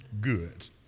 Good